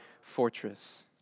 fortress